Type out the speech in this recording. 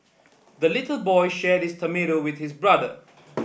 the little boy shared his tomato with his brother